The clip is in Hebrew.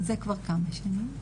זה כבר כמה שנים.